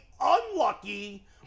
unlucky